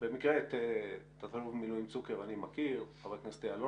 את המשרד הזה.